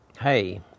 Hey